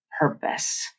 purpose